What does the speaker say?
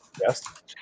Yes